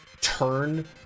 turn